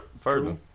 further